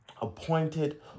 appointed